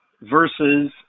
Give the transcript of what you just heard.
versus